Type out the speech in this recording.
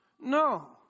no